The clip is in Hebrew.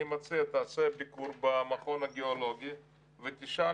אני מציע שתעשה ביקור במכון הגיאולוגי ותשאל: